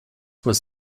was